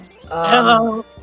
Hello